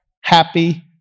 happy